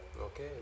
Okay